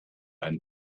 ein